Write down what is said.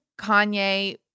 Kanye